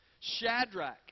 Shadrach